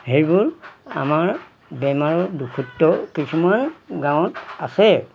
সেইবোৰ আমাৰ বেমাৰৰ দুষিত কিছুমান গাঁৱত আছে